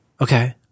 Okay